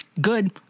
good